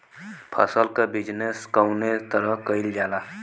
फसल क बिजनेस कउने तरह कईल जाला?